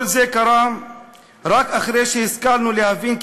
כל זה קרה רק אחרי שהשכלנו להבין כי